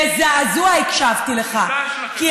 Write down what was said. בזעזוע הקשבתי לך, שלכם.